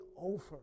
over